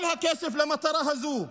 כל הכסף למטרה הזו,